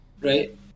right